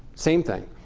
same thing.